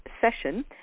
session